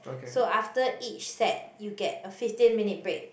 so after each set you get a fifteen minute break